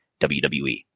WWE